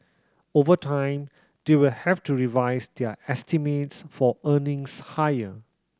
over time they will have to revise their estimates for earnings higher